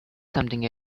something